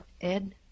Ed